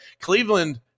Cleveland